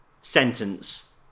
sentence